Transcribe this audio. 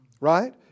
Right